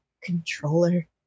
controller